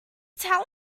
tell